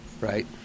Right